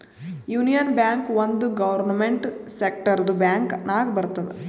union bank ಒಂದ್ government ಸೆಕ್ಟರ್ದು bank ನಾಗ್ ಬರ್ತುದ್